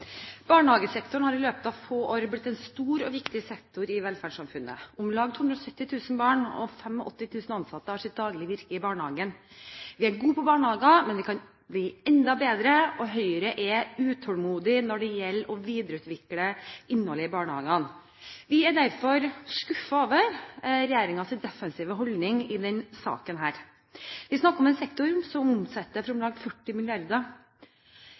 Barnehagesektoren har i løpet av få år blitt en stor og viktig sektor i velferdssamfunnet. Om lag 270 000 barn og 85 000 ansatte har sitt daglige virke i barnehagen. Vi er gode på barnehager, men vi kan bli enda bedre. Høyre er utålmodig når det gjelder å videreutvikle innholdet i barnehagene. Vi er derfor skuffet over regjeringens defensive holdning i denne saken. Vi snakker om en sektor som omsetter for om lag 40